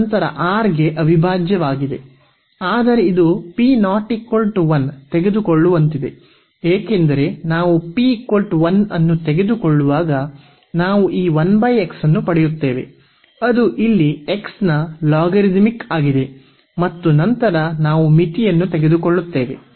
ಇದು ನಂತರ R ಗೆ ಅವಿಭಾಜ್ಯವಾಗಿದೆ ಆದರೆ ಇದು p ≠ 1 ತೆಗೆದುಕೊಳ್ಳುವಂತಿದೆ ಏಕೆಂದರೆ ನಾವು p 1 ಅನ್ನು ತೆಗೆದುಕೊಳ್ಳುವಾಗ ನಾವು ಈ 1 x ಅನ್ನು ಪಡೆಯುತ್ತೇವೆ ಅದು ಇಲ್ಲಿ x ನ ಲಾಗರಿಥಮಿಕ್ ಆಗಿದೆ ಮತ್ತು ನಂತರ ನಾವು ಮಿತಿಯನ್ನು ತೆಗೆದುಕೊಳ್ಳುತ್ತೇವೆ